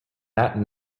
that